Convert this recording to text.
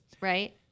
Right